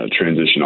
transition